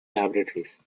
laboratories